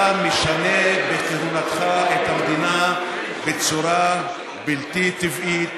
אתה משנה בכהונתך את המדינה בצורה בלתי טבעית,